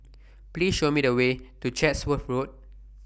Please Show Me The Way to Chatsworth Road